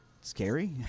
scary